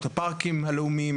את הפארקים הלאומיים,